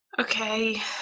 Okay